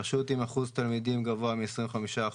רשות עם אחוז תלמידים גבוה מ-25%,